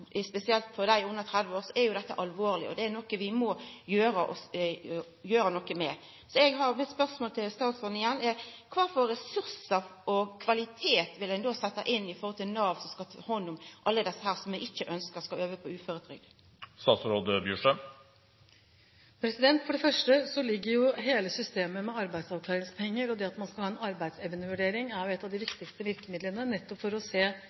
spesielt for dei under 30 år, er dette alvorleg og noko vi må gjera noko med. Mitt spørsmål til statsråden er igjen: Kva for ressursar og kva slags kvalitet vil ein setja inn mot Nav, som skal ta hand om alle desse som vi ikkje ønskjer skal over på uføretrygd? Hele systemet med arbeidsavklaringspenger og det at man skal ha en arbeidsevnevurdering, er noen av de viktigste virkemidlene for å se